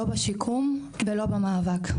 לא בשיקום ולא במאבק.